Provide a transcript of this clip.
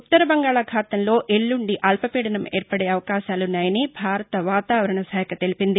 ఉత్తర బంగాళాఖాతంలో ఎల్లుండి అల్పపీడనం ఏర్పడే అవకాశాలున్నాయని భారత వాతావరణ శాఖ తెలిపింది